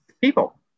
People